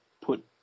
put